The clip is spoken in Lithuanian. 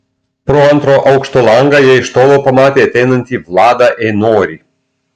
pro antro aukšto langą jie iš tolo pamatė ateinantį vladą einorį